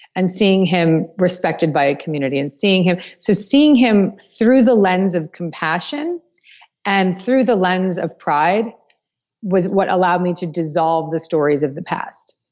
and seeing him respected by a community, and seeing him. so seeing him through the lens of compassion and through the lens of pride was what allowed me to dissolve the stories of the past.